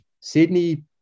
Sydney